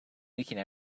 leaking